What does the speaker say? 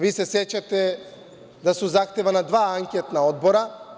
Vi se sećate da su zahtevana dva anketna odbora.